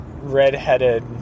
redheaded